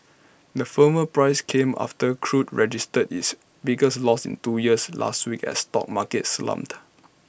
the firmer prices came after crude registered its biggest loss in two years last week as stock markets slumped